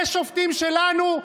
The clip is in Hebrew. זה שופטים שלנו?